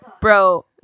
bro